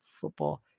football